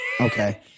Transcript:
Okay